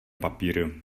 papíru